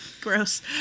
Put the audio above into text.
Gross